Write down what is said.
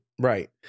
Right